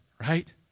right